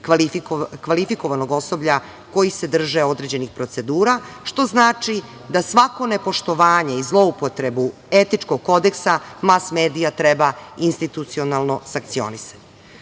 kvalifikovanog osoblja koji se drže određenih procedura, što znači da svako nepoštovanje i zloupotrebu etičkog kodeksa mas medija treba institucionalno sankcionisati. Postavlja